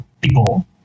people